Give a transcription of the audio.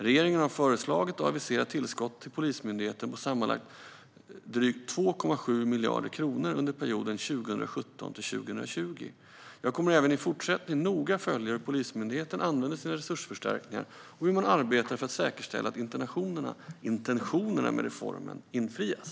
Regeringen har föreslagit och aviserat tillskott till Polismyndigheten på sammanlagt drygt 2,7 miljarder kronor under perioden 2017-2020. Jag kommer även i fortsättningen att noga följa hur Polismyndigheten använder sina resursförstärkningar och hur man arbetar för att säkerställa att intentionerna med reformen infrias.